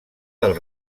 del